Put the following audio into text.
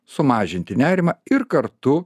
sumažinti nerimą ir kartu